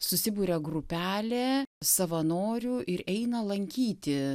susiburia grupelė savanorių ir eina lankyti